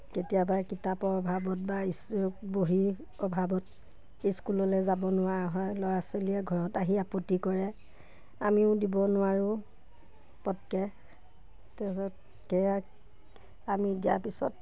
কেতিয়াবা কিতাপৰ অভাৱত বা ই বহি অভাৱত স্কুললৈ যাব নোৱাৰা হয় ল'ৰা ছোৱালীয়ে ঘৰত আহি আপত্তি কৰে আমিও দিব নোৱাৰোঁ পটককৈ তাৰছত সেয়া আমি দিয়াৰ পিছত